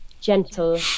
gentle